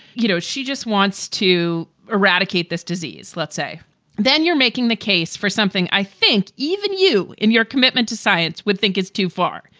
you know, she just wants to eradicate this disease. let's say then you're making the case for something. i think even you in your commitment to science would think it's too far.